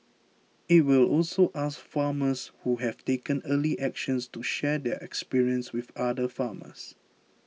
it will also ask farmers who have taken early actions to share their experience with other farmers